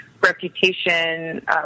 reputation